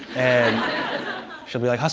and she'll be like, hasan,